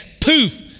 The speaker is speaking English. poof